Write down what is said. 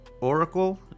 Oracle